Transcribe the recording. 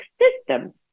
system